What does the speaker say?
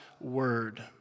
word